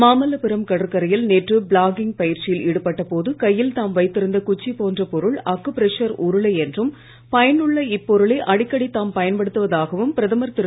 மாமல்லபுரம் கடற்கரையில் நேற்று பிளாக்கிங் பயிற்சியில் ஈடுபட்ட போது கையில் தாம் வைத்திருந்த குச்சிப் போன்ற பொருள் அக்குபிரஷர் உருளை என்றும் பயனுள்ள இப்பொருளை அடிக்கடி தாம் பயன்படுத்துவதாகவும் பிரதமர் திரு